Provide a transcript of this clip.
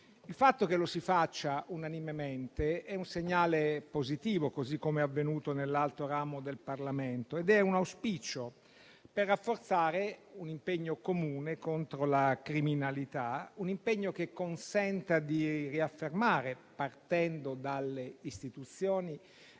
Il fatto che lo si faccia unanimemente è un segnale positivo, così come è avvenuto nell'altro ramo del Parlamento. Ed è un auspicio per rafforzare un impegno comune contro la criminalità; un impegno che consenta di riaffermare, partendo dalle istituzioni,